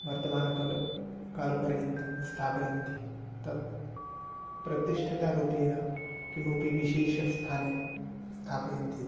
वर्तमानकाल कालपर्यन्तं स्थापयन्ति तद् प्रतिष्ठतारूपेण किमपि विशेषस्थाने स्थापयन्तीति